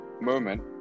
moment